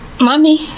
mommy